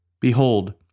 Behold